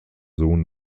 sohn